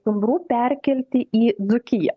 stumbrų perkelti į dzūkiją